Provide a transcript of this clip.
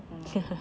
mm